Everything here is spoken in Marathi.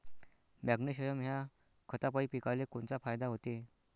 मॅग्नेशयम ह्या खतापायी पिकाले कोनचा फायदा होते?